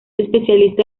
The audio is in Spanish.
especialista